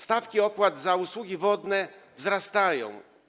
Stawki opłat za usługi wodne wzrastają.